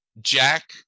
jack